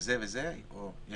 יש